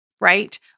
right